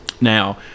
Now